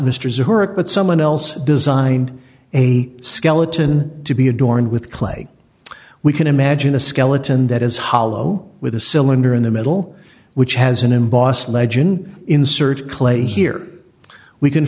zurich but someone else designed a skeleton to be adorned with clay we can imagine a skeleton that is hollow with a cylinder in the middle which has an embossed legend in search clay here we can